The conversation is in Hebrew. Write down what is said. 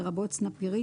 לרבות סנפירית,